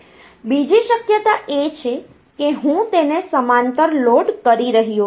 બીજી શક્યતા એ છે કે હું તેને સમાંતર લોડ કરી રહ્યો છું